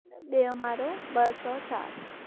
ॿियो माड़ो ॿ सौ चार